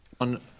On